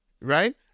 Right